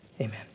Amen